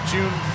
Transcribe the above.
June